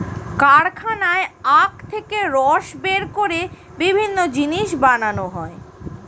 কারখানায় আখ থেকে রস বের করে বিভিন্ন জিনিস বানানো হয়